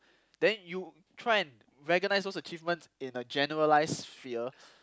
then you try and recognise those achievements in a generalise sphere